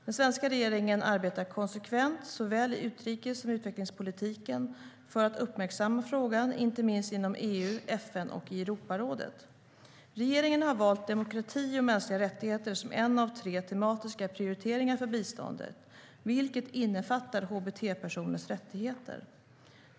Den svenska regeringen arbetar konsekvent i såväl utrikes som utvecklingspolitiken för att uppmärksamma frågan, inte minst inom EU, FN och i Europarådet. Regeringen har valt demokrati och mänskliga rättigheter som en av tre tematiska prioriteringar för biståndet, vilket innefattar hbt-personers rättigheter.